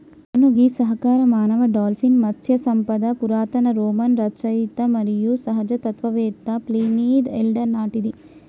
అవును గీ సహకార మానవ డాల్ఫిన్ మత్స్య సంపద పురాతన రోమన్ రచయిత మరియు సహజ తత్వవేత్త ప్లీనీది ఎల్డర్ నాటిది